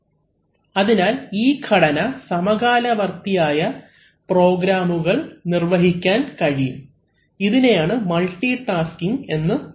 അവലംബിക്കുന്ന സ്ലൈഡ് സമയം 1116 അതിനാൽ ഈ ഘടന സമകാലവർത്തിയായ പ്രോഗ്രാമുകൾ നിർവഹിക്കാൻ കഴിയും ഇതിനെയാണ് മൾട്ടിടാസ്കിങ് എന്ന് പറയുന്നത്